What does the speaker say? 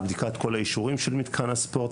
על בדיקת כל האישורים של מתקן הספורט,